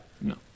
no